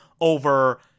over